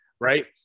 right